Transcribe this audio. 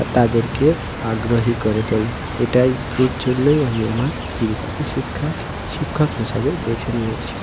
তাদেরকে আগ্রহী করে তোলে এটাই এর জন্যই আমি আমার জীবিকাকে শিক্ষা শিক্ষক হিসাবে বেছে নিয়েছি